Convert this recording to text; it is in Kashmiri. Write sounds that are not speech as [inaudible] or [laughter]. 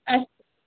[unintelligible]